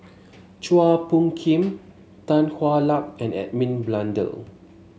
Chua Phung Kim Tan Hwa Luck and Edmund Blundell